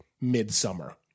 midsummer